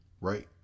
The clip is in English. right